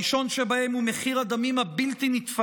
הראשון שבהם הוא מחיר הדמים הבלתי-נתפס